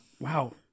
Wow